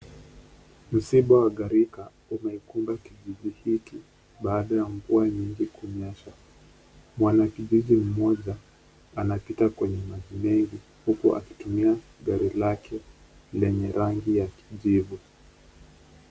Msiba wa ngarika umeikumba kijiji hiki baada ya mvua nyingi kunyesha. Mwanakijiji mmoja anapita kwenye maji mengi huku akitumia gari lake lenye rangi ya kijivu.